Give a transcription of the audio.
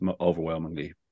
overwhelmingly